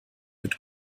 wird